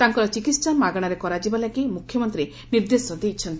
ତାଙ୍କର ଚିକିହା ମାଗଣାରେ କରାଯିବା ଲାଗି ମୁଖ୍ୟମନ୍ତୀ ନିର୍ଦ୍ଦେଶ ଦେଇଛନ୍ତି